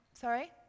sorry